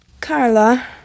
Carla